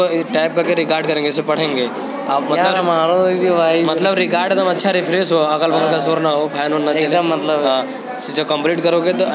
का हम ऊ लोग के भी फोन से पैसा भेज सकीला जेकरे पास क्यू.आर कोड न होई?